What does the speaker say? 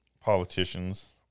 politicians